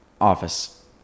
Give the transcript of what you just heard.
Office